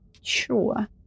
Sure